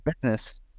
business